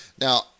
Now